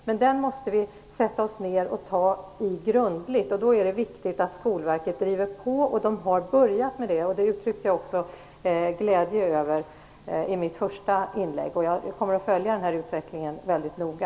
Men vi måste sätta oss ned och föra den grundligt. Då är det viktigt att Skolverket driver på. Skolverket har också börjat med detta, vilket jag också uttryckte glädje över i mitt första inlägg. Jag kommer att följa denna utveckling mycket noga.